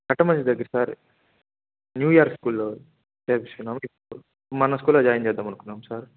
కట్టమంచి దగ్గర sir new year స్కూల్లో చేర్పించాము ఇప్పుడు మన స్కూల్లో జాయిన్ చేద్దాం అనుకున్నాం సార్